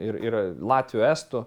ir ir latvių estų